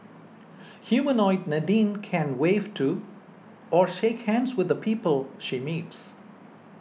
humanoid Nadine can wave to or shake hands with the people she meets